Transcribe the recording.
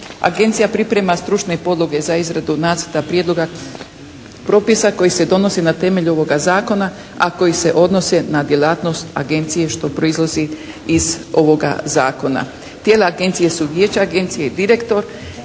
Agencija priprema stručne podloge za izradu nacrta prijedloga propisa koji se donosi na temelju ovoga zakona, a koji se odnose na djelatnost agencije što proizlazi iz ovoga zakona. Tijela agencije su vijeće agencije i direktor